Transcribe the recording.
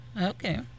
Okay